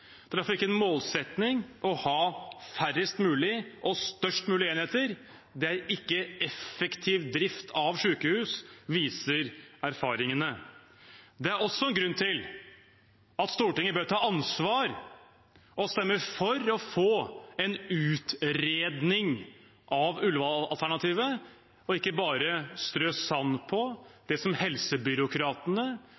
Det er derfor ikke en målsetting å ha færrest mulig og størst mulig enheter. Det er ikke effektiv drift av sykehus, viser erfaringene. Det er også en grunn til at Stortinget bør ta ansvar og stemme for å få en utredning av Ullevål-alternativet og ikke bare strø sand på